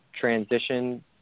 transition